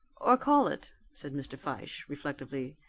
or call it, said mr. fyshe reflectively,